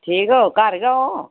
ठीक ओ घर गै ओ